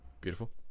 beautiful